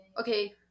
okay